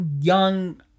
young